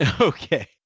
Okay